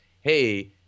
hey